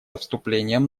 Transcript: вступлением